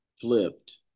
flipped